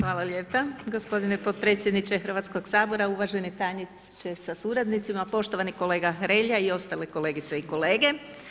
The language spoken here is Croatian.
Hvala lijepa gospodine potpredsjedniče Hrvatskog sabora, uvaženi tajniče sa suradnicima, poštovani kolega Hrelja i ostale kolegice i kolege.